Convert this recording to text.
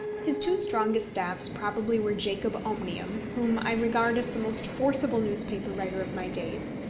his two strongest staffs probably were jacob omnium, whom i regard as the most forcible newspaper writer of my days,